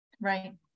Right